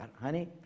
honey